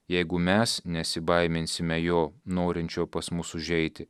jeigu mes nesibaiminsime jo norinčio pas mus užeiti